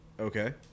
Okay